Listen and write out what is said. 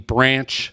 Branch